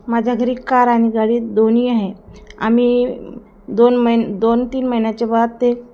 माझ्या घरी कार आणि गाडी दोन्ही आहे आम्ही दोन महिने दोन तीन महिन्याच्या बाद ते